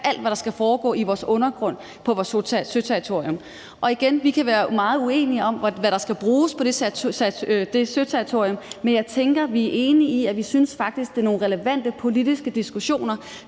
alt, hvad der skal foregå i vores undergrund og på vores søterritorium. Og jeg vil igen sige, at vi kan være meget uenige om, hvad der skal bruges på det søterritorium, men jeg tænker, at vi er enige om, at vi faktisk synes, det er nogle relevante politiske diskussioner.